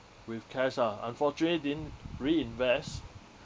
with cash ah unfortunately didn't reinvest